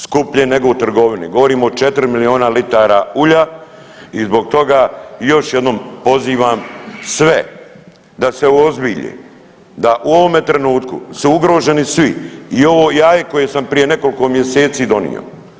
Skuplje nego u trgovini, govorimo o 4 milijuna litara ulja i zbog toga još jednom pozivam sve da se uozbilje, da u ovome trenutku su ugroženi svi i ovo jaje koje sam prije nekoliko mjeseci donio.